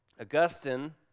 Augustine